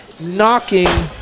Knocking